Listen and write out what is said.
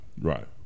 Right